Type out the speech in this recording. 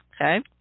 Okay